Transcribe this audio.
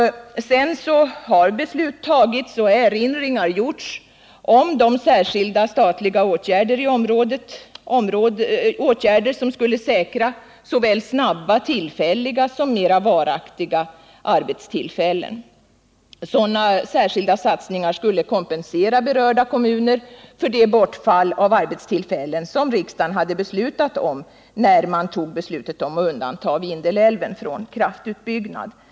Därefter har beslut tagits och erinringar gjorts om särskilda statliga åtgärder som skulle säkra såväl snabba tidsbegränsade som mer varaktiga arbetstillfällen. Sådana särskilda satsningar skulle kompensera berörda kommuner för det bortfall av arbetstillfällen som riksdagsbeslutet om att undanta Vindelälven från kraftutbyggnad medförde.